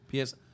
PS